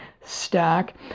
stack